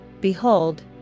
Behold